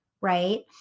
right